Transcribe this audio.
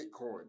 Bitcoin